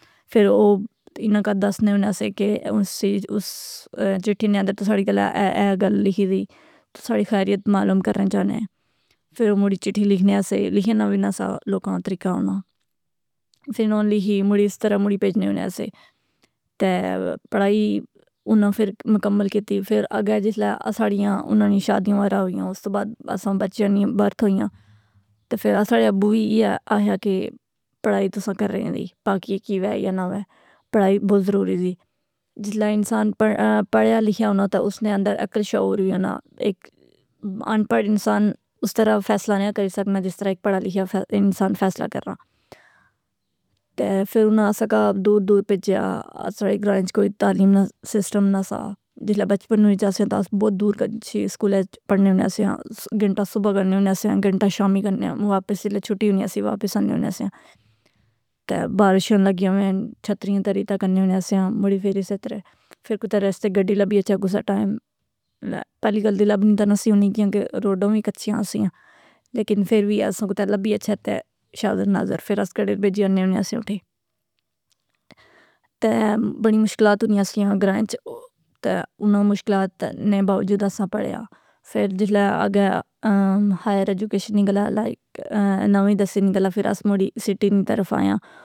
فراواناں کا دسنے ہونے اسے کہ اس چٹھی نے اندر تساڑی گلہ اے گل لکھی دی۔ تساڑی خیرت معلوم کرنے چانے۔ فراو مڑی چٹھی لکھنے آسے، لکھے نا وی نا سا لوکاں طریقہ آنا۔ فر اناں لکھی مڑی اس طرح مڑی پیجنے ہونے آسے۔ تے پڑھائی اناں فر مکمل کیتی۔ فر آگے جسلے اساڑیاں، اناں نی شادیاں وغیرہ ہوئیاں، اس تو بعد اساں بچیاں نی برتھ ہوئیاں۔ تہ فراساڑا ابّو وی ایا اہیا کہ پڑھائی تساں کرنیے دی۔ باقی کی وے یا نہ وے۔ پڑھائی بہت ضروری زی۔ جسلے انسان پڑھیا لکھیا ہونا تہ اس نے اندر عقل شعور وی ہونا۔ ایک انپڑھ انسان اس طرح فیصلہ نیا کری سکنا جس طرح ایک پڑھا لکھیا انسان فیصلہ کرناں۔ تہ فر اناں نے اسا کا دور دور پیجیا۔ آساڑے گراں اچ کوئی تعلیم نہ سسٹم نہ سا۔ جسلہ بچپن وچ اسے تہ اس بہت دورگچھی سکولہ اچ پڑھنے ہونے سیاں۔ گھنٹہ صبح گنے ہونے سیاں، گھنٹہ شام گنے واپس جلے چھٹی ہونی اسی واپس آنے ہونے سیاں۔ تہ بارش ہون لگی ہوین چھتریاں تری تہ گنے ہونے سیاں۔ مڑی فیر اسے طرح۔ فر کتھے رستے گڈی لبی اچھا کسا ٹائم، پہلی گل دی لبنی تہ نسی ہونی کیونکہ روڈاں وی کچیاں اسیاں۔ لیکن فر وی آساں کتھے لبی اچھے تہ، شازونظر۔ فر اس کڑے بیجی انے ہونے اس اٹھے۔ تہ بڑی مشکلات ہونی اسیاں گراں اچ تہ اناں مشکلات نے باوجود آساں پڑھیا۔ فر جسلہ اگے ہائر ایجوکیشن نی گلہ لائک نویں دسویں نی گلہ فر اس مڑی سٹی نی طرف آئے آں.